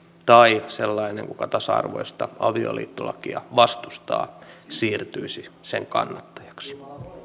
tai sellainen kuka tasa arvoista avioliittolakia vastustaa siirtyisi sen kannattajaksi